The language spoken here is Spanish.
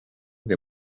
que